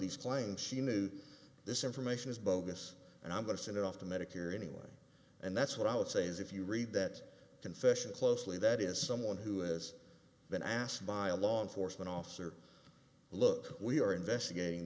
these claims she knew this information is bogus and i'm going to send it off to medicare anyway and that's what i would say is if you read that confession closely that is someone who has been asked by a law enforcement officer look we are investigating